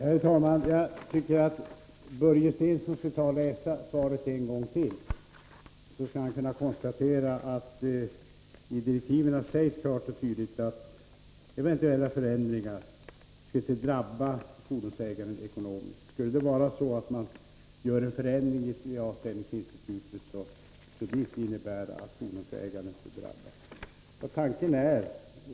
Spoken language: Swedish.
Herr talman! Jag tycker att Börje Stensson skall läsa svaret en gång till. Då bör han kunna konstatera att det i direktiven sägs klart och tydligt att eventuella förändringar inte skall drabba fordonsägaren ekonomiskt. Skulle det vara så att man gör en förändring i avställningsinstitutet, innebär det inte att fordonsägaren skall drabbas.